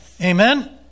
Amen